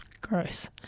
Gross